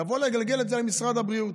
לבוא לגלגל את זה על משרד הבריאות,